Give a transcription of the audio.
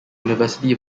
university